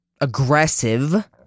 aggressive